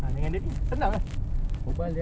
aku dah minta tiga tiga sambal